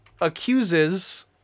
accuses